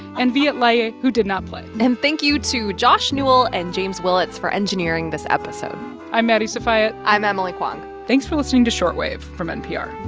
and viet le, who did not play and thank you to josh newell and james willets for engineering this episode i'm maddie sofia i'm emily kwong thanks for listening to short wave from npr